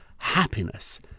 Happiness